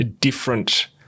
different